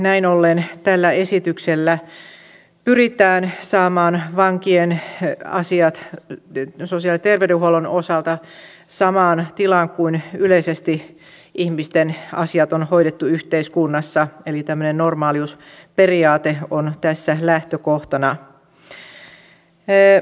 näin ollen tällä esityksellä pyritään saamaan vankien asiat sosiaali ja terveydenhuollon osalta samaan tilaan kuin yleisesti ihmisten asiat on hoidettu yhteiskunnassa eli tämmöinen normaaliusperiaate on tässä lähtökohtana